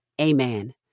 Amen